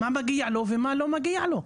מה מגיע ומה לא מגיע לו.